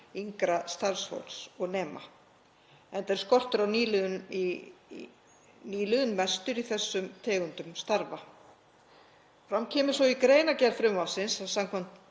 yngra starfsfólks og nema, enda er skortur á nýliðun mestur í þeim tegundum starfa. Fram kemur í greinargerð frumvarpsins